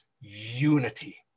unity